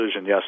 yes